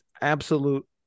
absolute